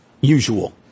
usual